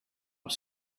was